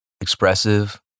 expressive